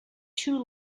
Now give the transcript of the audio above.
two